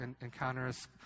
encounters